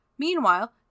Meanwhile